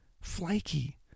flaky